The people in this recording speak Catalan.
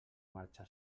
marxa